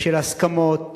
ושל הסכמות